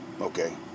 Okay